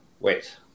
Wait